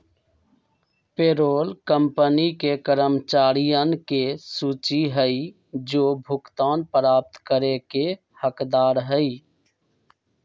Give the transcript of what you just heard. payroll company के कर्मचारियन के सूची हई जो भुगतान प्राप्त करे के हकदार हई